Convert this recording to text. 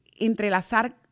entrelazar